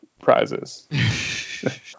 prizes